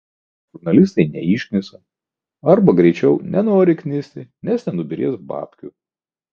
kažkodėl žurnalistai neišknisa arba greičiau nenori knisti nes nenubyrės babkių